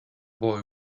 boy